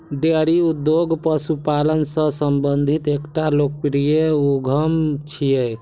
dairy उद्योग पशुपालन सं संबंधित एकटा लोकप्रिय उद्यम छियै